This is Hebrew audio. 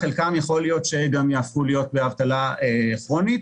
חלקם יכול להיות שגם יהפכו להיות באבטלה כרונית.